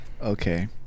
Okay